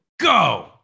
Go